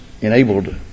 enabled